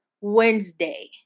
Wednesday